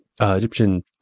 Egyptian